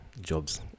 jobs